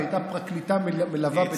היא הייתה פרקליטה מלווה בתיק נתניהו.